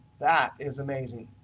that is amazing.